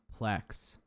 Plex